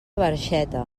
barxeta